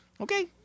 Okay